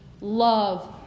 Love